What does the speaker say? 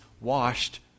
washed